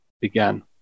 began